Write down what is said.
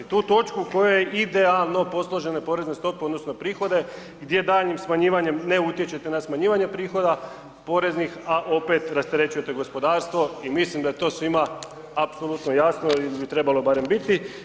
Tu točku u kojoj idealno posložene porezne stope u odnosu na prihode gdje daljnjim smanjivanjem ne utječete na smanjivanje prihoda poreznih a opet rasterećujete gospodarstvo i mislim da je to svima apsolutno jasno ili bi trebalo barem biti.